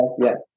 yes